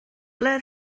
ble